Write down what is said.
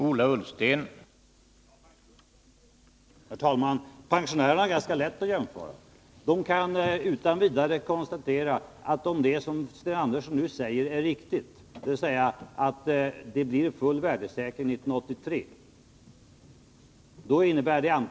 Herr talman! Pensionärerna kan lätt göra en jämförelse. De kan utan vidare konstatera, att om det som Sten Andersson nu säger är riktigt — dvs. att det blir full värdesäkring 1983 — innebär det följande.